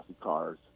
cars